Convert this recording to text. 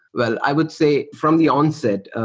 well, i would say from the onset,